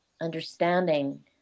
understanding